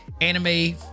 anime